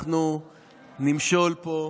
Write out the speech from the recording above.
אנחנו נמשול פה,